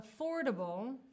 affordable